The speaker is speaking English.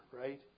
right